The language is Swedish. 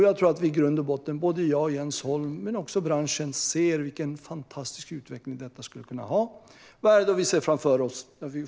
Jag tror att såväl jag och Jens Holm som branschen i grund och botten ser vilken fantastisk utveckling detta skulle kunna få. Vad är det då vi ser framför oss?